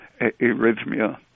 arrhythmia